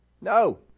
No